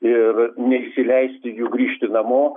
ir neįsileisti jų grįžti namo